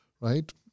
right